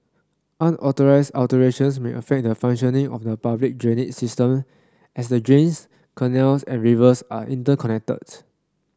unauthorised alterations may affect the functioning of the public drainage system as the drains canals and rivers are interconnected